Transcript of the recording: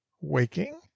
waking